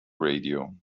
radio